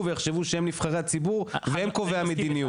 ויחשבו שהם נבחרי הציבור והם קובעי המדיניות.